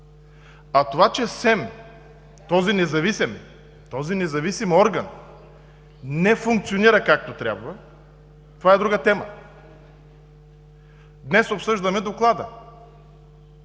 А това, че СЕМ, този независим орган не функционира както трябва, това е друга тема. Днес обсъждаме Доклада.